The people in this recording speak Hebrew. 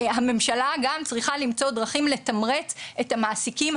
הממשלה גם צריכה למצוא דרכים לתמרץ את המעסיקים,